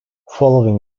following